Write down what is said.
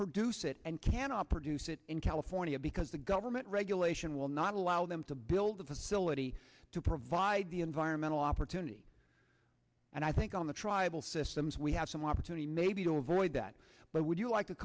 produce it and cannot produce it in california because the government regulation will not allow them to build a facility to provide the environmental opportunity and i think on the tribal systems we have some opportunity maybe to avoid that but would you like to